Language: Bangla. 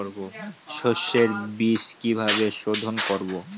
সর্ষে বিজ কিভাবে সোধোন করব?